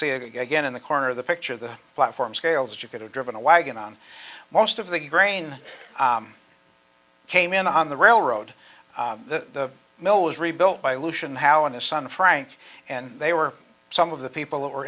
see again in the corner of the picture the platform scales that you could have driven a wagon on most of the grain came in on the railroad the mill was rebuilt by lucian how and his son frank and they were some of the people that were